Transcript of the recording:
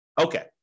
Okay